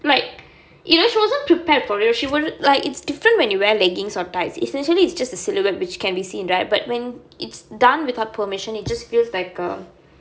like you know she wasn't prepared for it she was like it's different when you wear leggings or tights essentially it's just the silhouette which can be seen right but when it's done without permission it just feels like a